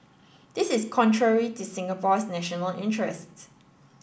this is contrary to Singapore's national interests